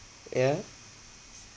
yeah